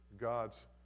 God's